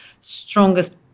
strongest